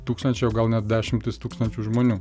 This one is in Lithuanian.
tūkstančiai o gal net dešimtys tūkstančių žmonių